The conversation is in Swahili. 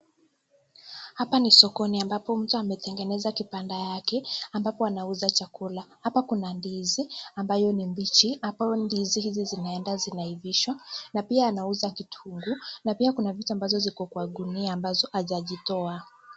Hapa ni sokoni ambapo mtu ametengeneza kibanda yake ,ambapo anauza chakula. Hapa kuna ndizi ambayo ni mbichi ,ambayo ndizi hizi zinaenda zinaivishwa na pia anauza kitunguu na pia kuna vitu ambazo ziko kwa gunia ambazo hajavitoa.